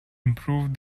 improve